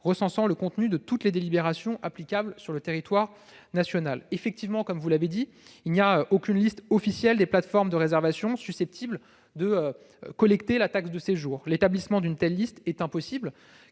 recense le contenu de toutes les délibérations applicables sur le territoire national. Il n'existe effectivement aucune liste officielle des plateformes de réservation susceptibles de collecter la taxe de séjour. L'établissement d'une telle liste est impossible,